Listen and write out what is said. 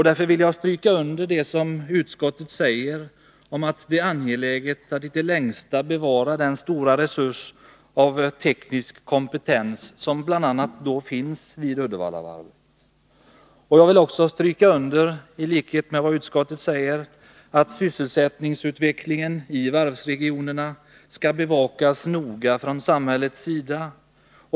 Därför vill jag stryka under vad utskottet säger om att det är angeläget att i det längsta bevara den stora resurs av teknisk kompetens som finns vid bl.a. Uddevallavarvet. Jag vill också i likhet med utskottet stryka under att sysselsättningsutveck lingen i varvsregionerna noga bör bevakas från samhällets sida.